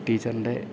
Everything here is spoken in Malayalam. ടീച്ചറിൻ്റെ